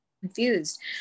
confused